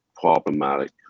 problematic